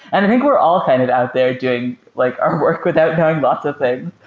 and i think we're all kind of out there doing like our work without knowing lots of things.